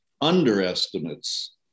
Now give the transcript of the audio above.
underestimates